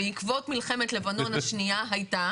בעקבות מלחמת לבנון השנייה הייתה